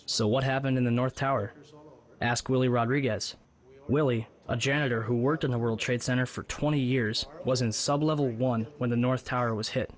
so what happened in the north tower ask willie rodriguez willie a janitor who worked in the world trade center for twenty years was in sublevel one when the north tower was hit